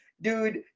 Dude